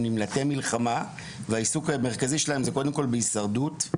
נמלטי מלחמה והעיסוק המרכזי שלהם זה קודם